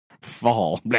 fall